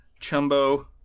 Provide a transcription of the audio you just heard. Chumbo